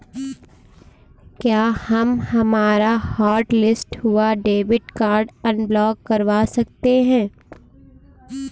क्या हम हमारा हॉटलिस्ट हुआ डेबिट कार्ड अनब्लॉक करवा सकते हैं?